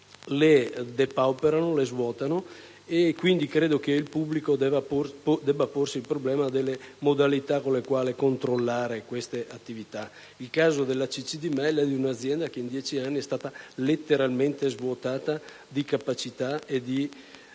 depauperandole e svuotandole. Quindi, credo che il pubblico debba porsi il problema dei modi con cui controllare queste attività. Il caso della ACC di Mel è quello di un'azienda che, in dieci anni, è stata letteralmente svuotata di capacità e di